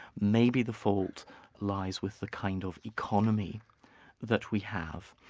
maybe the fault lies with the kind of economy that we have.